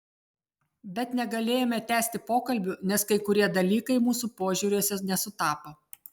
bet negalėjome tęsti pokalbių nes kai kurie dalykai mūsų požiūriuose nesutapo